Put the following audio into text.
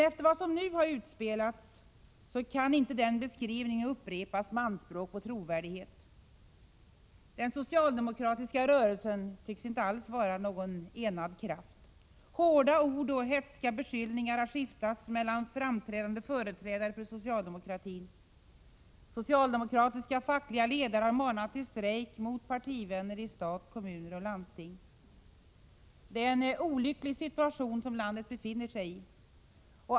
Efter vad som nu har utspelats kan inte den beskrivningen upprepas med anspråk på trovärdighet. Den socialdemokratiska rörelsen tycks inte alls vara någon enad kraft. Hårda ord och hätska beskyllningar har skiftats mellan framträdande företrädare för socialdemokratin. Socialdemokratiska fackliga ledare har manat till strejk mot partivänner i stat, kommuner och landsting. Det är en olycklig situation som landet befinner sig i.